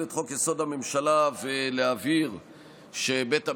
את חוק-יסוד: הממשלה ולהבהיר שבית המשפט,